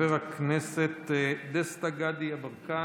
חבר הכנסת דסטה גדי יברקן,